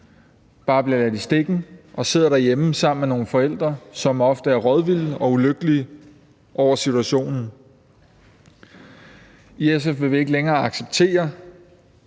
bare bliver ladt i stikken og sidder derhjemme sammen med nogle forældre, som ofte er rådvilde og ulykkelige over situationen. I SF vil vi ikke længere acceptere,